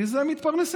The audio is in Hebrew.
מזה הן מתפרנסות.